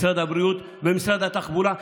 משרד הבריאות ומשרד התחבורה.